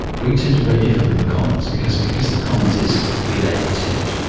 we tend to be very different from the commons, because because the commons is elected,